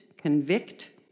convict